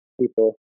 people